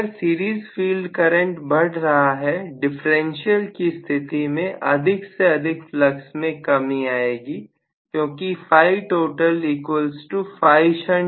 अगर series field current बढ़ रहा है डिफरेंशियल की स्थिति में अधिक से अधिक फ्लक्स में कमी आएगी क्योंकि φ total φ shunt φ series